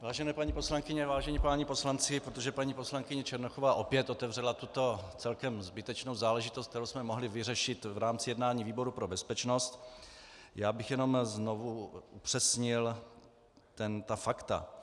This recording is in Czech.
Vážené paní poslankyně, vážení páni poslanci, protože paní poslankyně Černochová opět otevřela tuto celkem zbytečnou záležitost, kterou jsme mohli vyřešit v rámci jednání výboru pro bezpečnost, já bych jenom znovu upřesnil ta fakta.